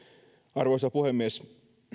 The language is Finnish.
arvoisa puhemies